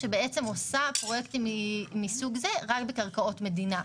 שבעצם עושה פרויקטים מסוג זה רק בקרקעות מדינה.